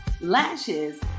Lashes